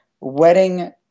wedding